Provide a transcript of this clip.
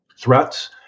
threats